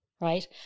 right